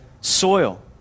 soil